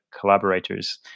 collaborators